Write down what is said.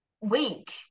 week